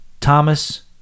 Thomas